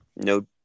no